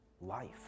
life